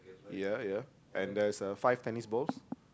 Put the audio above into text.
ya ya and there's uh five tennis balls